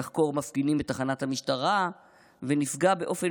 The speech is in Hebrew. נחקור מפגינים בתחנת המשטרה ונפגע באופן